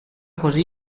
così